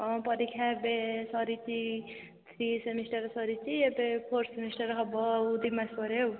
ହଁ ପରୀକ୍ଷା ଏବେ ସରିଛି ଥ୍ରୀ ସେମିଷ୍ଟାର ସରିଛି ଏବେ ଫୋର୍ ସେମିଷ୍ଟାର ହେବ ଆଉ ଦୁଇ ମାସ ପରେ ଆଉ